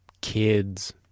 kids